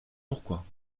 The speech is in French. pourquoi